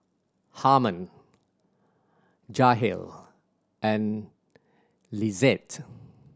Harmon Jahir and Lizette